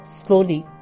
slowly